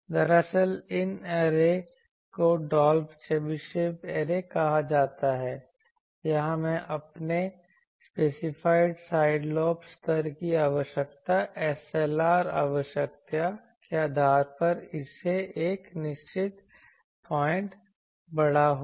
दरअसल इन ऐरे को डॉल्फ चेबीशेव ऐरे कहा जाता है यहां मैं अपने स्पेसिफाइड साइड लोब स्तर की आवश्यकता SLR आवश्यकता के आधार पर इससे एक निश्चित पॉइंट बड़ा होगा